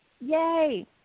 Yay